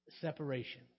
separation